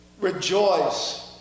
rejoice